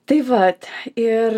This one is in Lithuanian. tai vat ir